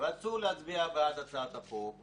רצו להצביע בעד הצעת החוק,